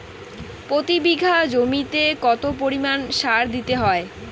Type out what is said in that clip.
প্রতি বিঘা জমিতে কত পরিমাণ সার দিতে হয়?